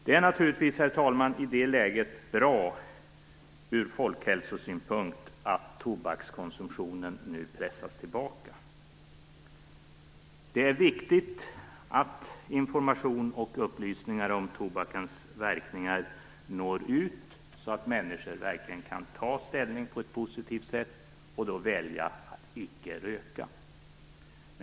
Det är naturligtvis, herr talman, i det läget bra ur folkhälsosynpynkt att tobakskonsumtionen nu pressas tillbaka. Det är viktigt att information och upplysningar om tobakens verkningar når ut så att människor verkligen kan ta ställning på ett positivt sätt, och då välja att icke röka.